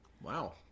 Wow